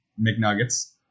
McNuggets